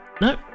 no